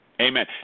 Amen